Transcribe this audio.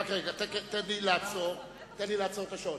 רק רגע, תן לי לעצור את השעון.